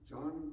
John